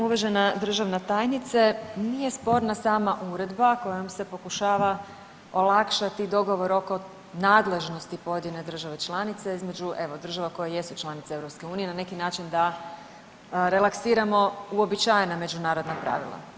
Uvažena državna tajnice nije sporna sama uredba kojom se pokušava olakšati dogovor oko nadležnosti pojedine države članice između evo država koje jesu članice EU na neki način da relaksiramo uobičajena međunarodna pravila.